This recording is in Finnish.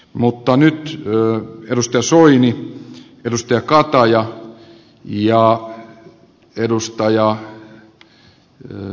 mutta nyt edustaja soini edustaja kataja ja edustaja kalli